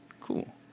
Cool